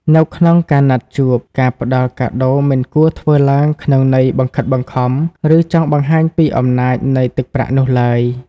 នៅក្នុងការណាត់ជួប ការផ្ដល់កាដូមិនគួរធ្វើឡើងក្នុងន័យបង្ខិតបង្ខំ ឬចង់បង្ហាញពីអំណាចនៃទឹកប្រាក់នោះឡើយ។